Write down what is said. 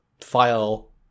file